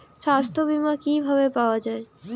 সাস্থ্য বিমা কি ভাবে পাওয়া যায়?